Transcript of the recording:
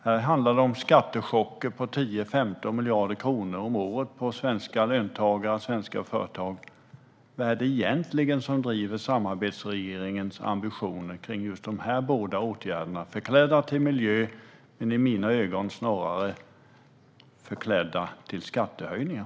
Här handlar det om skattechocker på 10-15 miljarder kronor om året för svenska löntagare och svenska företag. Vad är det egentligen som driver samarbetsregeringens ambitioner kring just dessa båda åtgärder? De är förklädda till att handla om miljö, men i mina ögon handlar det snarare om skattehöjningar.